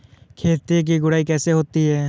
खेत की गुड़ाई कैसे होती हैं?